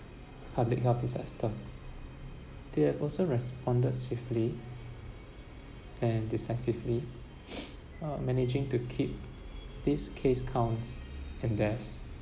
public health disaster they have also responded swiftly and decisively uh managing to keep this case counts and deaths